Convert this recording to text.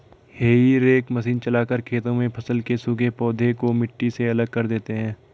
हेई rake machine चलाकर खेतों में फसल के सूखे पौधे को मिट्टी से अलग कर देते हैं